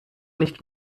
nicht